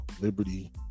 Liberty